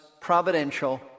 providential